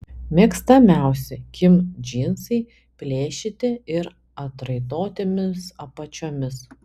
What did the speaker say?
mėgstamiausi kim džinsai plėšyti ir atraitotomis apačiomis